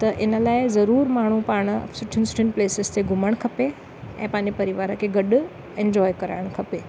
त इन लाइ ज़रूर माण्हू पाण सुठियूं सुठियुनि प्लेसिस ते घुमणु खपे ऐं पंहिंजे परिवार खे गॾु एन्जॉय कराइण खपे